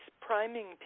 priming